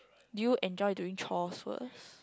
do you enjoy doing chores first